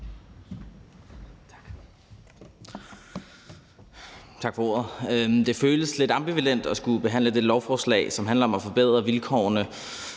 Tak for ordet. Det føles lidt ambivalent at skulle behandle et lovforslag, som handler om at forbedre vilkårene